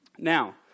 Now